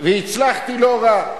והצלחתי לא רע.